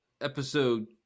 episode